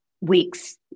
weeks